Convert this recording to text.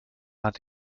hat